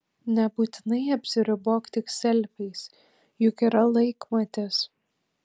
nebūtinai apsiribok tik selfiais juk yra laikmatis